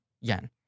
yen